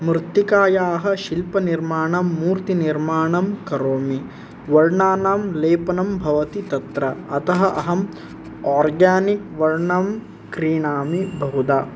मृत्तिकायाः शिल्पनिर्माणं मूर्तिनिर्माणं करोमि वर्णानां लेपनं भवति तत्र अतः अहं आर्गेनिक् वर्णं क्रीणामि बहुधा